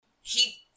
He-